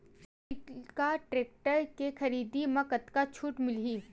Sonalika tractor के खरीदी मा कतका छूट मीलही?